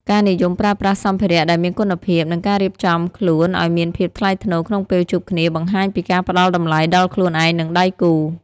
ការនិយមប្រើប្រាស់សម្ភារៈដែលមានគុណភាព និងការរៀបចំខ្លួនឱ្យមានភាពថ្លៃថ្នូរក្នុងពេលជួបគ្នា បង្ហាញពីការផ្ដល់តម្លៃដល់ខ្លួនឯង និងដៃគូ។